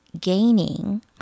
gaining